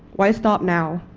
why stop now?